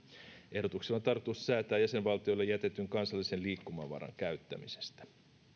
ehdotuksella on tarkoitus säätää jäsenvaltioille jätetyn kansallisen liikkumavaran käyttämisestä